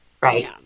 right